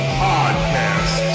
podcast